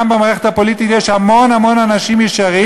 במערכת הפוליטית יש המון המון אנשים ישרים,